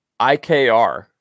IKR